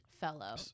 fellow